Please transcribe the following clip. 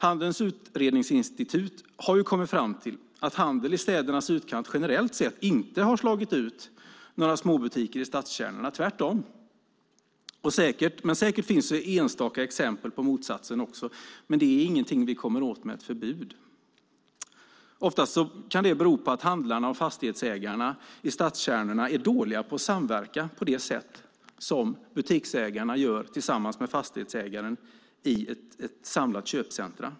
Handelns utredningsinstitut har kommit fram till att handel i städernas utkant generellt sett inte har slagit ut några småbutiker i stadskärnorna, tvärtom! Säkert finns enstaka exempel på motsatsen också, men det är ingenting vi kommer åt med ett förbud. Oftast kan det bero på att handlarna och fastighetsägarna i stadskärnorna är dåliga på att samverka på det sätt som butiksägarna gör med fastighetsägaren i ett samlat köpcentrum.